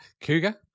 Cougar